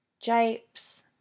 Japes